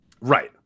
Right